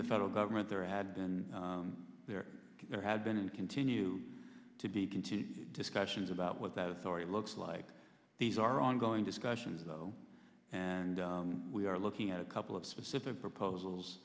the federal government there had been there there have been and continue to be continued discussions about what that authority looks like these are ongoing discussion though and we are looking at a couple of specific proposals